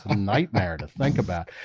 ah nightmare to think about